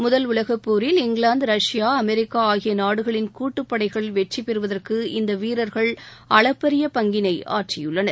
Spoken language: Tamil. முதலாவது உலகப்போரில் இங்கிலாந்து ரஷ்யா அமெரிக்கா ஆகிய நாடுகளின் கூட்டுப்படைகள் வெற்றி பெறுவதற்கு இந்த வீரர்கள் அளப்பரிய பங்கினை ஆற்றியுள்ளனர்